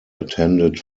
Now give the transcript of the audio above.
attended